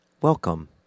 Welcome